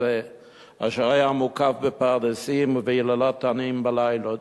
זה אשר היה מוקף בפרדסים וביללת תנים בלילות.